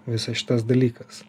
visas šitas dalykas